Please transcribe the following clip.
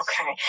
Okay